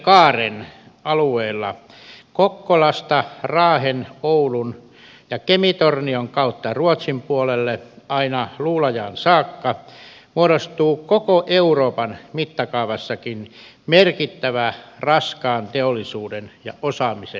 perämerenkaaren alueella kokkolasta raahen oulun ja kemitornion kautta ruotsin puolelle aina luulajaan saakka muodostuu koko euroopan mittakaavassakin merkittävä raskaan teollisuuden ja osaamisen keskittymä